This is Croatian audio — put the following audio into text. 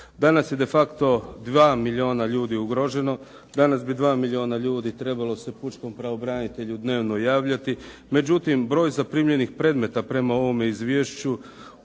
Danas je de facto 2 milijuna ljudi ugroženo, danas bi 2 milijuna ljudi trebalo se pučkom pravobranitelju dnevnog javljati. Međutim, broj zaprimljenih predmeta prema ovome izvješću